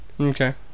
Okay